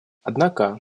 однако